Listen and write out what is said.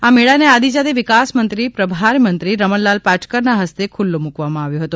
આ મેળાને આદિજાતિ વિકાસમંત્રી અને પ્રભારીમંત્રી રમણલાલ પાટકરના ફસ્તે ખુલ્લો મુકવામાં આવ્યો હતો